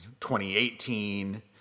2018